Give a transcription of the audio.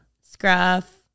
Scruff